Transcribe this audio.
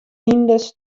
hynders